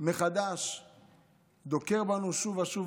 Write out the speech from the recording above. כל פעם דוקר אותנו מחדש שוב ושוב,